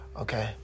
okay